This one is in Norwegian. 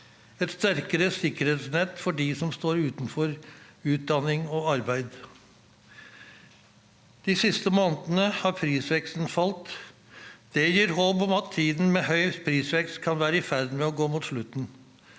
et sterkere sikkerhetsnett for dem som står utenfor utdanning og arbeid De siste månedene har prisveksten falt. Det gir håp om at tiden med høy prisvekst kan være i ferd med å gå mot slutten.